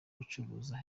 gucuruza